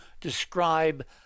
describe